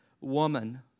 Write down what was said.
Woman